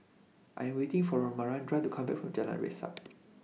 I Am waiting For Maranda to Come Back from Jalan Resak